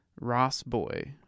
Rossboy